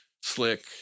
Slick